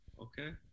Okay